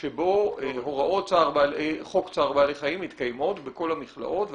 שבו הוראות צער בעלי חיים מתקיימות בכל המכלאות,